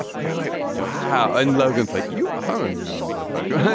you're like wow and logan's like you are home me motherfucker.